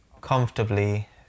comfortably